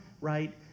right